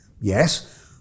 Yes